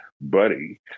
buddy